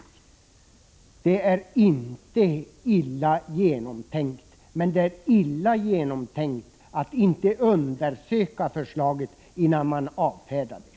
Vårt förslag är inte illa genomtänkt, men det är illa genomtänkt att inte undersöka förslaget innan man avfärdar det.